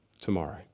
tomorrow